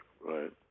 right